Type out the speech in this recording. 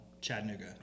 Chattanooga